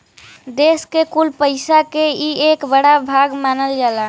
देस के कुल पइसा के ई एक बड़ा भाग मानल जाला